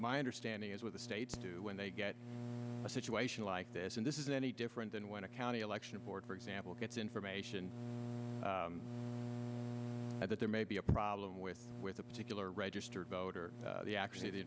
my understanding is what the states do when they get a situation like this and this is any different than when a county election board for example gets information that there may be a problem with with a particular registered voter the actually the